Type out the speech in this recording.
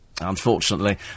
Unfortunately